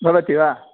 भवति वा